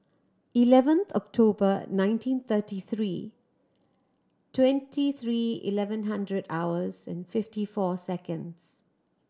eleven October nineteen thirty three twenty three eleven hundred hours and fifty four seconds